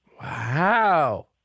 Wow